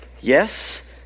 yes